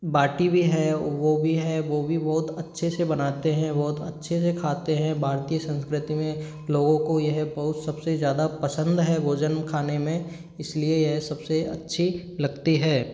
बाटी भी है वो भी है वो भी बहुत अच्छे से बनाते हैं बहुत अच्छे से खाते हैं भारतीय संस्कृति में लोगों को यह बहुत सबसे ज़्यादा पसंद है भोजन खाने में इसलिए ये सबसे अच्छी लगती है